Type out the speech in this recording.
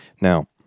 Now